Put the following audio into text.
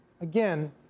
again